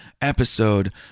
episode